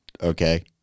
okay